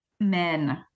men